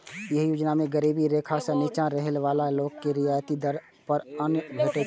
एहि योजना मे गरीबी रेखा सं निच्चा रहै बला लोक के रियायती दर पर अन्न भेटै छै